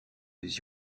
des